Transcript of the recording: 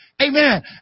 Amen